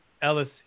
Ellis